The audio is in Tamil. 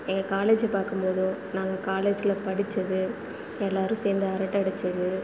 எங்கள் காலேஜெய் பார்க்கும் போதோ நாங்கள் காலேஜ்ல படிச்சது எல்லாரும் சேர்ந்து அரட்டை அடிச்சது